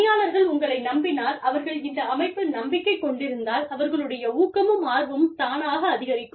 பணியாளர்கள் உங்களை நம்பினால் அவர்கள் இந்த அமைப்பில் நம்பிக்கை கொண்டிருந்தால் அவர்களுடைய ஊக்கமும் ஆர்வமும் தானாக அதிகரிக்கும்